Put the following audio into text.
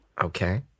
Okay